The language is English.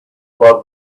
loved